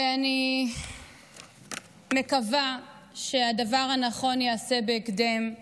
אני מקווה שהדבר הנכון ייעשה בהקדם.